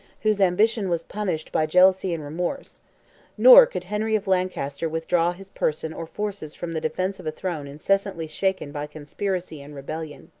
whose ambition was punished by jealousy and remorse nor could henry of lancaster withdraw his person or forces from the defence of a throne incessantly shaken by conspiracy and rebellion.